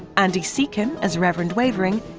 andy secombe as reverend wavering,